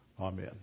Amen